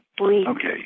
Okay